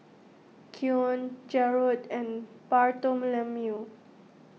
Keion Jarrod and Bartholomew